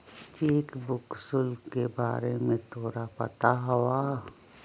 Cheque book शुल्क के बारे में तोरा पता हवा?